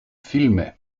filme